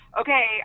okay